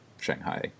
Shanghai